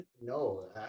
No